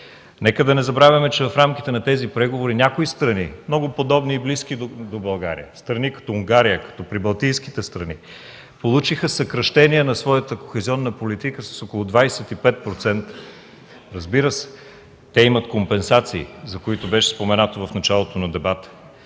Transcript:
Нека да не забравяме, че в рамките на тези преговори някои страни, много подобни и близки до България, страни като Унгария, като прибалтийските страни, получиха съкращение на своята кохезионна политика с около 25%. Разбира се, те имат компенсации, за които беше споменато в началото на дебата.